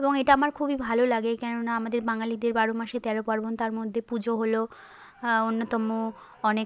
এবং এটা আমার খুবই ভালো লাগে কেননা আমাদের বাঙালিদের বারো মাসে তেরো পার্বণ তার মধ্যে পুজো হলো অন্যতম অনেক